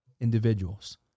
individuals